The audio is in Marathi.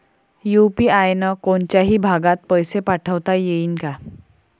यू.पी.आय न कोनच्याही भागात पैसे पाठवता येईन का?